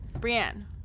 Brienne